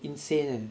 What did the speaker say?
insane eh